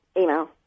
email